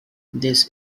this